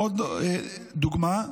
עוד דוגמה: